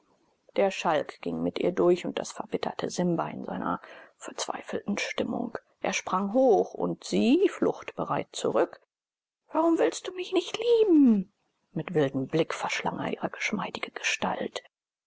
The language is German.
der schalk ging mit ihr durch und das verbitterte simba in seiner verzweifelten stimmung er sprang hoch und sie fluchtbereit zurück warum willst du mich nicht lieben mit wildem blick verschlang er ihre geschmeidige gestalt